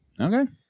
Okay